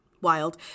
Wild